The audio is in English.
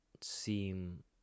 seem